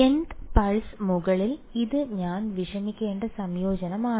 nth പൾസ്ന് മുകളിൽ ഇത് ഞാൻ വിഷമിക്കേണ്ട സംയോജനമാണ്